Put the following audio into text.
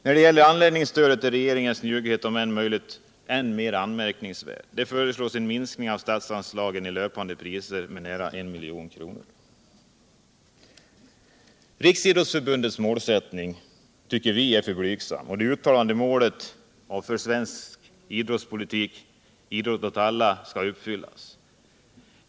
När det gäller anläggningsstöd är regeringens njugghet om möjligt än mer anmärkningsvärd. Där föreslås en minskning av statsanslagen i löpande priser med nära 1 milj.kr. Riksidrottsförbundets målsättning är alltför blygsam om det uttalade målet för svensk idrottspolitik, idrott åt alla, skall kunna uppfyllas.